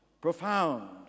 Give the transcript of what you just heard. profound